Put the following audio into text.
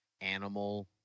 Animal